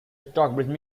stockbridge